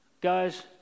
Guys